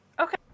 Okay